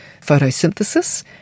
photosynthesis